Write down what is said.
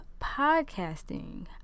podcasting